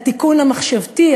התיקון המחשבתי,